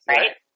Right